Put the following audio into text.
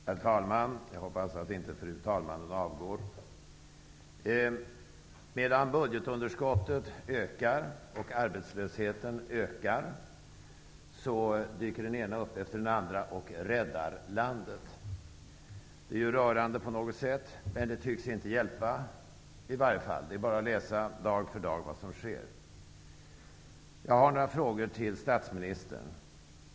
Herr talman! Jag hoppas inte att fru talmannen avgår. Medan budgetunderskottet och arbetslösheten ökar dyker den ena efter den andra upp och räddar landet. Det är på något sätt rörande, men det tycks inte hjälpa. Det är bara att läsa i tidningen dag för dag vad som sker. Jag har några frågor till statsministern.